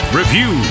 review